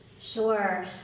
Sure